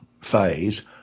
phase